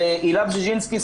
הילה בז'ז'ינסקי,